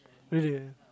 really